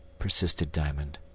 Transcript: persisted diamond.